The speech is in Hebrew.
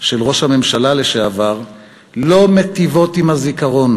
של ראש הממשלה לשעבר לא מיטיבות עם הזיכרון.